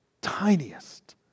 tiniest